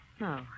No